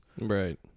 Right